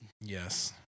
Yes